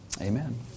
Amen